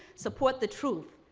support the truth.